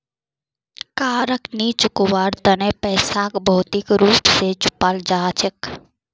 कारक नी चुकवार तना पैसाक भौतिक रूप स चुपाल जा छेक